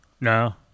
No